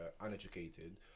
uneducated